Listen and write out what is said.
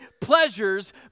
pleasures